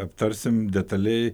aptarsim detaliai